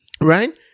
Right